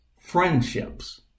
friendships